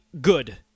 good